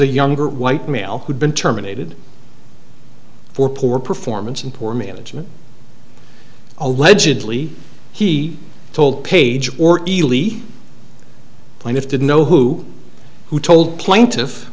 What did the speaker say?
a younger white male who'd been terminated for poor performance and poor management allegedly he told page or elite plaintiff didn't know who who told plaintiff